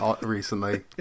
recently